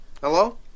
hello